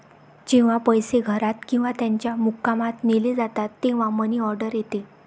जेव्हा पैसे घरात किंवा त्याच्या मुक्कामात नेले जातात तेव्हा मनी ऑर्डर येते